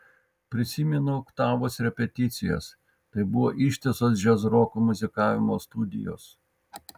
prisimenu oktavos repeticijas tai buvo ištisos džiazroko muzikavimo studijos